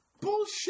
Bullshit